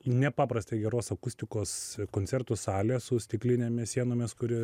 nepaprastai geros akustikos koncertų salė su stiklinėmis sienomis kuri